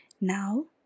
Now